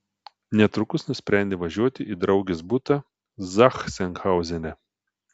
netrukus nusprendė važiuoti į draugės butą zachsenhauzene